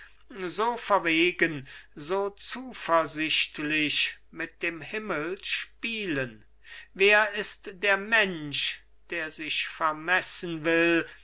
so verwegen so zuversichtlich mit dem himmel spielen wer ist der mensch der sich vermessen will